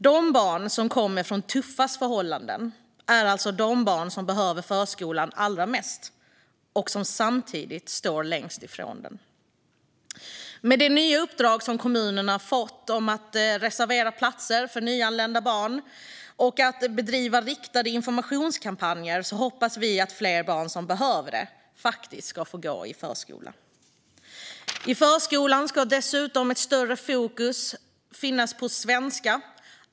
De barn som kommer från tuffast förhållanden är alltså de barn som behöver förskolan allra mest och som samtidigt står längst ifrån den. Med det nya uppdrag som kommunerna har fått att reservera platser för nyanlända barn och att bedriva riktade informationskampanjer hoppas vi att fler barn som behöver det ska få gå i förskola. I förskolan ska det dessutom vara ett större fokus på svenska.